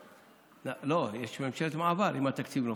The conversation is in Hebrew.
בסדר, לא, יש ממשלת מעבר אם התקציב נופל.